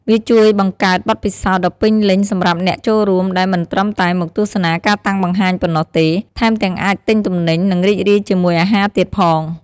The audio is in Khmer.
វាជួយបង្កើតបទពិសោធន៍ដ៏ពេញលេញសម្រាប់អ្នកចូលរួម ដែលមិនត្រឹមតែមកទស្សនាការតាំងបង្ហាញប៉ុណ្ណោះទេ ថែមទាំងអាចទិញទំនិញ និងរីករាយជាមួយអាហារទៀតផង។